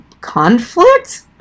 conflict